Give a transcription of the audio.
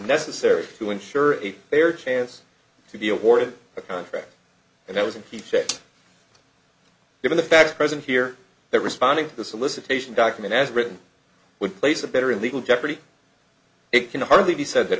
necessary to ensure a fair chance to be awarded a contract and that was impeach it given the facts present here that responding to the solicitation document as written would place a better in legal jeopardy it can hardly be said that